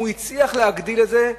אם הוא הצליח להגדיל את זה,